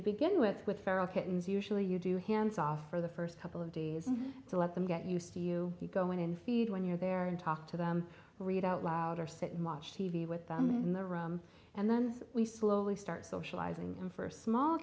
to begin with with feral kittens usually you do hands off for the first couple of days so let them get you see you go in and feed when you're there and talk to them read out loud or sit and watch t v with them in the room and then we slowly start socializing in first small